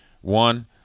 one